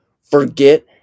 Forget